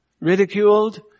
ridiculed